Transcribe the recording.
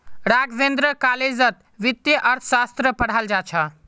राघवेंद्र कॉलेजत वित्तीय अर्थशास्त्र पढ़ाल जा छ